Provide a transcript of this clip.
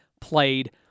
played